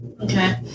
Okay